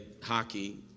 hockey